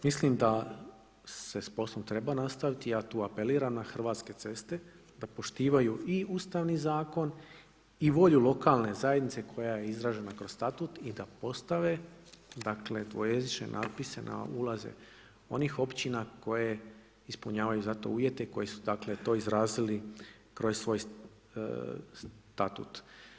Mislim da se s poslom treba nastaviti i ja tu apeliram na Hrvatske ceste da poštivaju i Ustavni zakon i volju lokalne zajednice koja je izražena kroz statut i da postave dvojezične natpise na ulaze onih općina koje ispunjavaju za to uvjete koji su to izrazili kroz svoj statut.